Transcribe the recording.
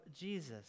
Jesus